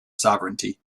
sovereignty